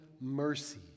mercy